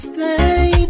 Stay